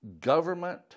government